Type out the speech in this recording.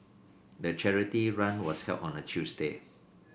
the charity run was held on a Tuesday